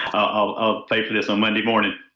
i'll pay for this on monday morning.